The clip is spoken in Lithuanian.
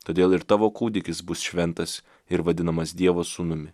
todėl ir tavo kūdikis bus šventas ir vadinamas dievo sūnumi